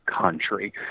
country